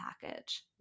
package